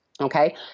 Okay